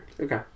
Okay